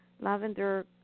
Lavender